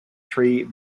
three